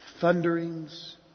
thunderings